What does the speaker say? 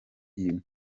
iyi